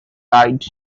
died